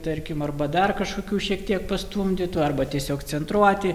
tarkim arba dar kažkokių šiek tiek pastumdytų arba tiesiog centruoti